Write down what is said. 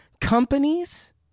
Companies